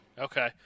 Okay